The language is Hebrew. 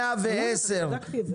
--- ואז אתה עובד ביחס הפוך.